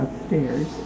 upstairs